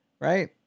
right